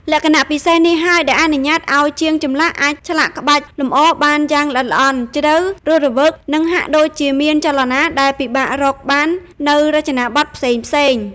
លក្ខណៈពិសេសនេះហើយដែលអនុញ្ញាតឱ្យជាងចម្លាក់អាចឆ្លាក់ក្បាច់លម្អបានយ៉ាងល្អិតល្អន់ ជ្រៅ រស់រវើក និងហាក់ដូចជាមានចលនា ដែលពិបាករកបាននៅរចនាបថផ្សេង។